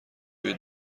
روی